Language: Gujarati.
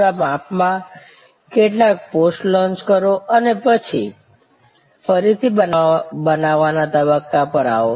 પૂરા માપ માં કેટલાક પોસ્ટ લોંચ કરો અને પછી ફરીથી બનાવવા ના તબક્કા પર આવો